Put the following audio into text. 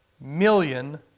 million